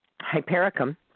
hypericum